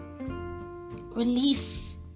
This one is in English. Release